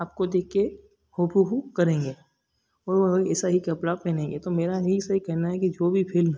आपको देख के हूहहू करेंगे वो ऐसा ही कल्पना आपने नहीं किया तो मेरा यही से कहना है कि जो भी फिल्म